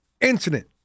incident